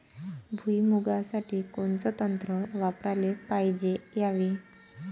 भुइमुगा साठी कोनचं तंत्र वापराले पायजे यावे?